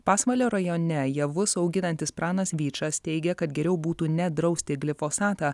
pasvalio rajone javus auginantis pranas vyčas teigia kad geriau būtų ne drausti glifosatą